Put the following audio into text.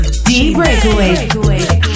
D-Breakaway